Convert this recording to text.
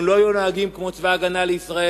הם לא היו נוהגים כמו צבא-הגנה לישראל,